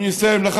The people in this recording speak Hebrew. נא לסיים.